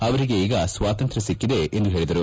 ಅವರಿಗೆ ಈಗ ಸ್ವಾತಂತ್ರ್ಯ ಸಿಕ್ಕಿದೆ ಎಂದು ಹೇಳಿದರು